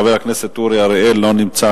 חבר הכנסת אורי אריאל, אינו נוכח.